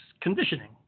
conditioning